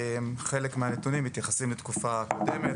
חלק מהנתונים מתייחסים לתקופה הקודמת,